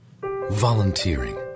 Volunteering